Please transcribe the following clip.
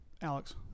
Alex